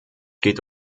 geht